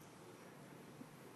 מלובביץ'